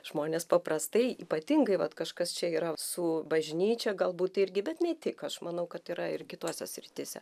žmonės paprastai ypatingai vat kažkas čia yra su bažnyčia galbūt irgi bet ne tik aš manau kad yra ir kitose srityse